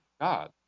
God